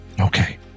okay